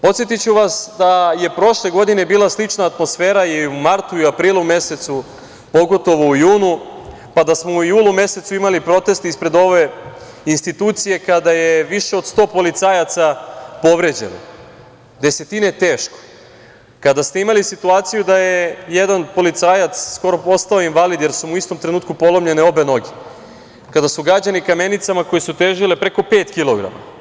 Podsetiću vas da je prošle godine bila slična atmosfera i u martu i aprilu mesecu, pogotovo u junu, pa da smo u julu mesecu imali proteste ispred ove institucije kada je više od 100 policajaca povređeno, desetine teško, kada ste imali situaciju da je jedan policajac skoro postao invalid jer su mu u istom trenutku polomljene obe noge, kada su gađani kamenicama koje su težile preko pet kilograma.